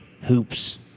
hoops